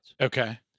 Okay